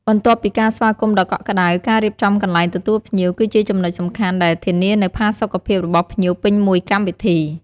បន្ទាប់ពីការស្វាគមន៍ដ៏កក់ក្តៅ ការរៀបចំកន្លែងទទួលភ្ញៀវ គឺជាចំណុចសំខាន់ដែលធានានូវផាសុខភាពរបស់ភ្ញៀវពេញមួយកម្មវិធី។